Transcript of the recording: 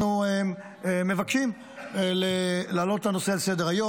אנחנו מבקשים להעלות את הנושא על סדר-היום,